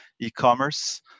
e-commerce